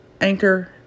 Anchor